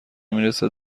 میرسه